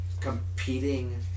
competing